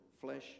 flesh